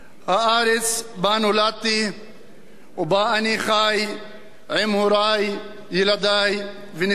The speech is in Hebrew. הארץ שבה נולדתי ובה אני חי עם הורי, ילדי ונכדי.